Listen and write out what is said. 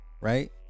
Right